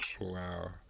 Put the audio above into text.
Wow